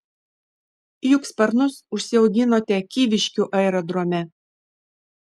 juk sparnus užsiauginote kyviškių aerodrome